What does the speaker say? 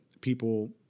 people